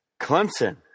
Clemson